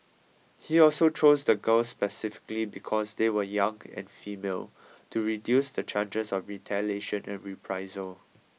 he also chose the girls specifically because they were young and female to reduce the chances of retaliation and reprisal